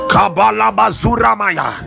Kabalabazuramaya